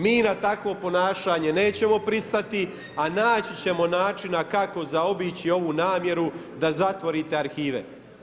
Mi na takvo ponašanje nećemo pristati a naći ćemo načina kako zaobići ovu namjeru da zatvorite arhive.